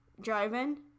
driving